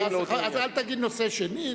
אל תגיד "נושא שני",